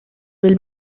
will